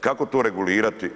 Kako to regulirati?